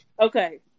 Okay